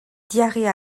diarrhée